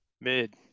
Mid